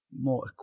more